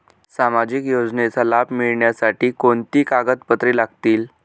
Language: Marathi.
सामाजिक योजनेचा लाभ मिळण्यासाठी कोणती कागदपत्रे लागतील?